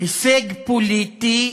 הישג פוליטי